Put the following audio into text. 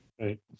right